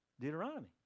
Deuteronomy